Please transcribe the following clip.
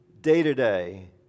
day-to-day